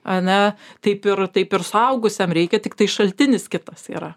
ane taip ir taip ir suaugusiam reikia tiktai šaltinis kitas yra